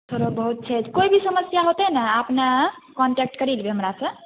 थोड़ो बहुत छै कोइ भी समस्या होतै ने अपने कॉन्टेक्ट करि लेबै हमरा से